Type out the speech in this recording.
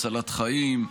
הצלת חיים,